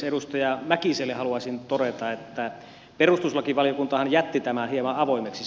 edustaja mäkiselle haluaisin todeta että perustuslakivaliokuntahan jätti tämän hieman avoimeksi